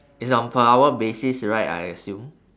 it's on per hour basis right I assume